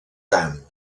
tant